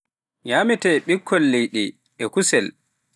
Nyaametee ɓikkon leyɗi e kusel.